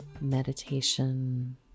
meditation